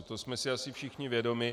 To jsme si asi všichni vědomi.